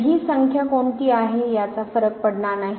तर हि संख्या कोणती आहे याचा फरक पडणार नाही